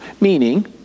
Meaning